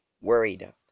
worried